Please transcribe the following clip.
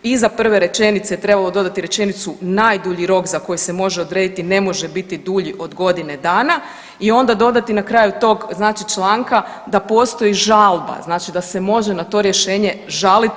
Iza prve rečenice trebalo je dodati rečenicu „najdulji rok za koji se može odrediti ne može biti dulji od godine dana“ i onda dodati na kraju tog znači članka da postoji žalba, znači da se može na to rješenje žaliti.